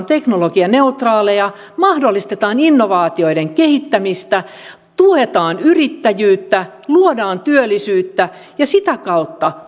teknologianeutraaleja mahdollistaa innovaatioiden kehittämistä tukea yrittäjyyttä luoda työllisyyttä ja sitä kautta